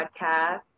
podcast